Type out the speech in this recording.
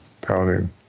pounding